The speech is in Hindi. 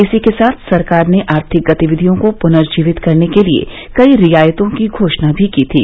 इसी के साथ सरकार ने आर्थिक गतिविधियों को पुनर्जीवित करने के लिए कई रियायतों की घोषणा भी की थी